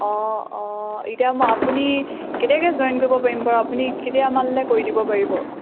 অঁ অঁ এতিয়া আপুনি কেতিয়াকৈ জইন কৰিব পাৰিম বাৰু আপুনি কেতিয়ামানলৈ কৰি দিব পাৰিব